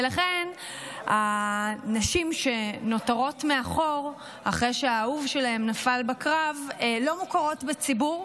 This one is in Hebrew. ולכן הנשים שנותרות מאחור אחרי שהאהוב שלהן נפל בקרב לא מוכרות בציבור,